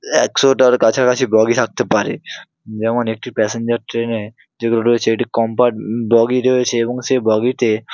একশোটার কাছাকাছি বগি থাকতে পারে যেমন একটি প্যাসেঞ্জার ট্রেনে যেগুলো রয়েছে এটি কম্পার্ট বগি রয়েছে এবং সে বগিতে